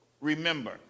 remember